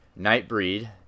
Nightbreed